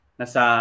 nasa